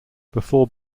before